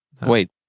Wait